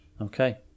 Okay